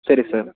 சரி சார்